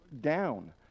down